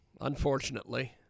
unfortunately